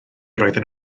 roedden